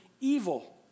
evil